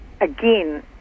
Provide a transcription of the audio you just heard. again